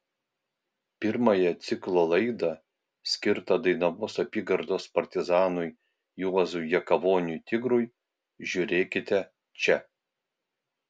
pirmąją ciklo laidą skirtą dainavos apygardos partizanui juozui jakavoniui tigrui žiūrėkite čia